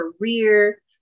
career